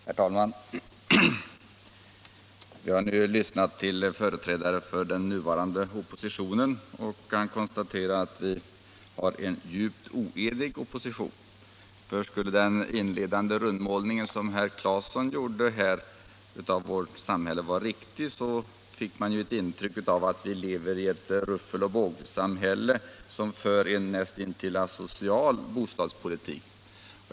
Herr talman! Vi har nu lyssnat till företrädare för den nuvarande oppositionen och kan konstatera att vi har en djupt oenig opposition. Skulle den inledande rundmålning som herr Claeson gjorde av vårt samhälle vara riktig skulle vi leva i ett ruffeloch bågsamhälle, som för en näst intill asocial bostadspolitik.